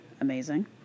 Amazing